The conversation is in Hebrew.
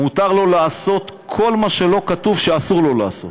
מותר לו לעשות כל מה שלא כתוב שאסור לו לעשות.